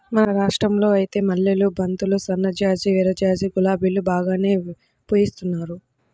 మన రాష్టంలో ఐతే మల్లెలు, బంతులు, సన్నజాజి, విరజాజి, గులాబీలు బాగానే పూయిత్తున్నారు